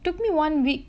took me one week